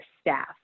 staff